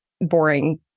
boring